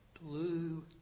blue